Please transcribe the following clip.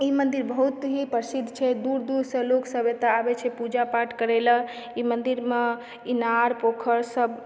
ई मन्दिर बहुत ही प्रसिद्ध छै दूर दूरसँ लोग सब एतय आबय छै पूजा पाठ करय लऽ ई मन्दिरमे इनार पोखरिसभ